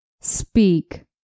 Speak